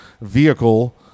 vehicle